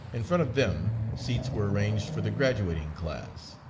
in front of them, seats were arranged for the graduating class.